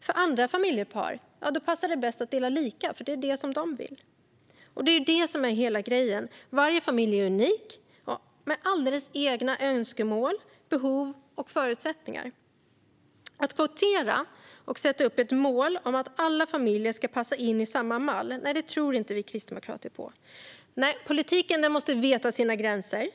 För andra föräldrapar passar det bäst att dela lika, för det är det som de vill. Det är det som är grejen. Varje familj är unik, med alldeles egna önskemål, behov och förutsättningar. Att kvotera och sätta upp ett mål om att alla familjer ska passa in i samma mall tror inte vi kristdemokrater på. Nej, politiken måste veta sina gränser.